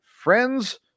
friends